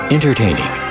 Entertaining